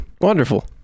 Wonderful